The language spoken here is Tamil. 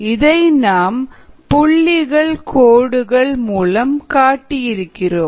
இதை நாம் புள்ளிகள் கோடுகள் மூலம் காட்டியிருக்கிறோம்